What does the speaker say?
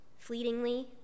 Fleetingly